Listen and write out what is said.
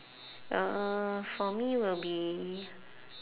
uh for me will be